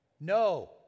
no